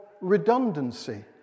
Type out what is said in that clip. redundancy